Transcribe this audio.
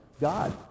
God